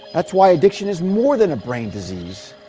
that's why addiction is more than a brain disease.